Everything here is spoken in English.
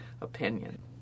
opinion